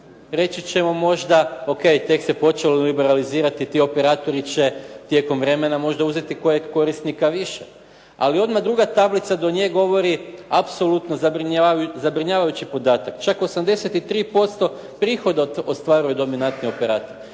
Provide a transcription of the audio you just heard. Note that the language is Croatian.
reći ćemo možda ok tek se počelo liberalizirati, ti operatori će tijekom vremena možda uzeti kojeg korisnika više ali odmah druga tablica do nje govori apsolutno zabrinjavajući podatak. Čak 83% prihoda ostvaruju dominantni operatori